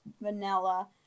vanilla